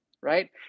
right